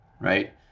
right